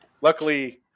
luckily